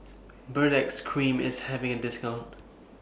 Baritex Cream IS having A discount